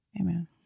Amen